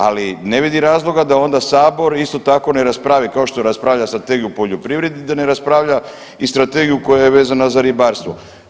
Ali ne vidim razloga da onda Sabor isto tako ne raspravi kao što raspravlja Strategiju poljoprivrede, da ne raspravlja i strategiju koja je vezana za ribarstvo.